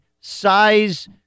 size